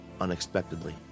unexpectedly